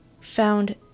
found